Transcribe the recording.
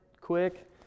quick